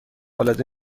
العاده